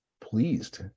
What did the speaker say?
pleased